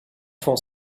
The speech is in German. von